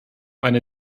eine